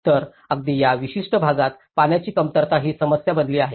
तर अगदी त्या विशिष्ट भागात पाण्याची कमतरता ही समस्या बनली आहे